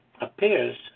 appears